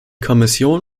kommission